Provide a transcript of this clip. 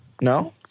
no